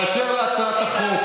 באשר להצעת החוק,